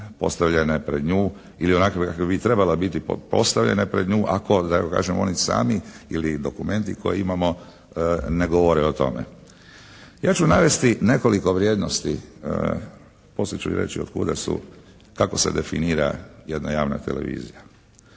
postavljene pred nju ili onakve kakve bi trebale biti postavljene pred nju ako da tako kažem oni sami ili dokumenti koje imamo ne govore o tome. Ja ću navesti nekoliko vrijednosti, poslije ću reći od kuda su, kako se definira jedna javna televizija.